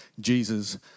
Jesus